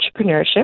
entrepreneurship